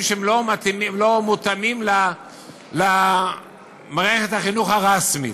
שהם לא מותאמים למערכת החינוך הרשמית.